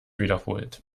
wiederholt